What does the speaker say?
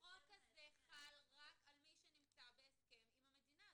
החוק הזה חל רק על מי שנמצא בהסכם עם המדינה,